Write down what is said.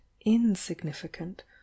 insignificant